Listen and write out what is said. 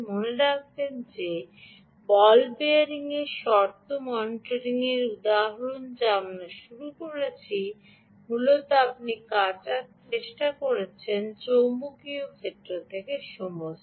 মনে রাখবেন যে বল বিয়ারিংয়ের শর্ত মনিটরিং উদাহরণ যা আমরা শুরু করেছি মূলত আপনি কাটার চেষ্টা করছেন চৌম্বকীয় ক্ষেত্র থেকে সমস্ত